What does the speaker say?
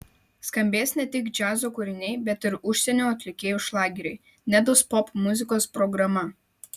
skambės ne tik džiazo kūriniai bet ir užsienio atlikėjų šlageriai nedos popmuzikos programa